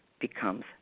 becomes